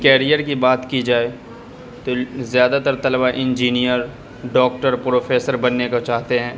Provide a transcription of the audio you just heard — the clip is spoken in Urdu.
کیریئر کی بات کی جائے تو زیادہ تر طلبہ انجینئر ڈاکٹر پروفیسر بننے کو چاہتے ہیں